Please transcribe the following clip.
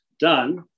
done